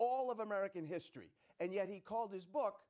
all of american history and yet he called his book